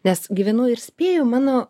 nes gyvenu ir spėju mano